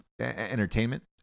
entertainment